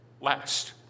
last